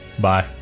Bye